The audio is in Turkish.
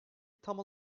tam